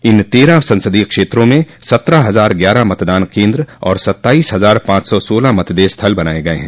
इन तेरह संसदीय क्षेत्रों में सत्रह हजार ग्यारह मतदान केन्द्र और सत्ताइस हजार पांच सौ सोलह मतदेय स्थल बनाये गये हैं